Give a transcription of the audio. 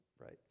right